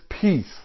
peace